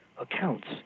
accounts